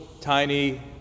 tiny